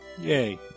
Yay